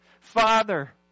father